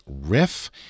riff